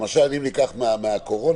למשל אם ניקח מהקורונה,